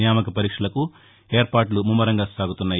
నియామక పరీక్షలకు ఏర్పాట్లు ముమ్మరంగా సాగుతున్నాయి